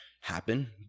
happen